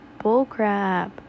bullcrap